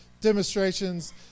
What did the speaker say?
demonstrations